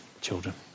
children